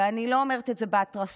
ואני לא אומרת את זה בהתרסה,